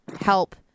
help